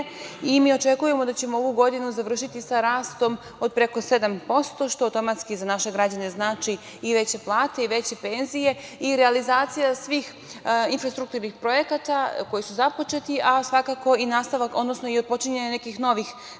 i mi očekujemo da ćemo ovu godinu završiti sa rastom od preko 7%, što automatski za naše građane znači i veće plate i veće penzije i realizacija svih infrastrukturnih projekata koji su započeti, a svakako i nastavak, odnosno i otpočinjanje nekih novih